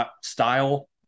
style